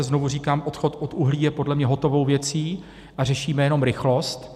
Znovu říkám, odchod od uhlí je podle mě hotovou věcí a řešíme jenom rychlost.